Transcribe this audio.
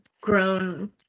grown